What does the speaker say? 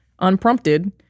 unprompted